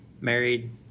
married